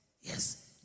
yes